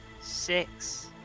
six